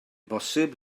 bosib